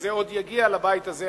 כשזה עוד יגיע לבית הזה,